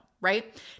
right